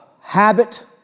habit